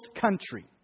country